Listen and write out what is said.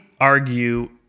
argue